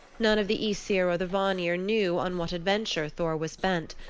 none of the aesir or the vanir knew on what adventure thor was bent.